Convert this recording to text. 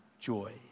joy